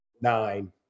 Nine